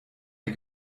der